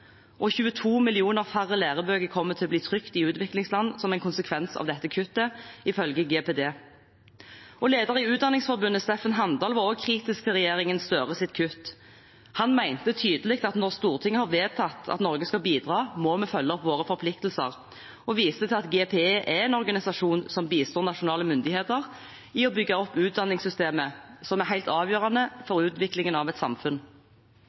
og 22 millioner færre lærebøker kommer til å bli trykt i utviklingsland som en konsekvens av dette kuttet, ifølge GPE. Leder i Utdanningsforbundet, Steffen Handal, var også kritisk til regjeringen Støres kutt. Han mente tydelig at når Stortinget har vedtatt at Norge skal bidra, må vi følge opp våre forpliktelser, og viste til at GPE er en organisasjon som bistår nasjonale myndigheter i å bygge opp utdanningssystemet, som er helt avgjørende for utviklingen av et samfunn.